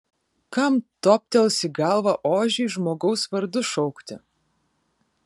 kam toptels į galvą ožį žmogaus vardu šaukti